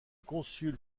concile